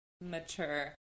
mature